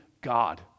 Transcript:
God